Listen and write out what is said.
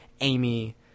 Amy